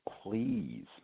please